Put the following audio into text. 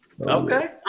okay